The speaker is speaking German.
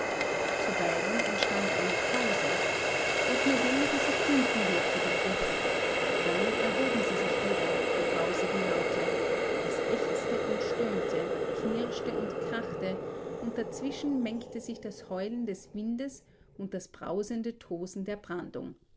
zuweilen entstand eine pause doch nur wenige sekunden währte die ruhe dann erhoben sie sich wieder die grausigen laute es ächzte und stöhnte knirschte und krachte und dazwischen mengte sich das heulen des windes und das brausende tosen der brandung